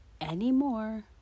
anymore